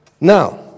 Now